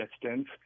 distance